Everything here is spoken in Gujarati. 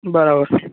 બરાબર છે